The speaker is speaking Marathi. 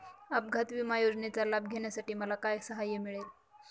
अपघात विमा योजनेचा लाभ घेण्यासाठी मला काय सहाय्य मिळेल?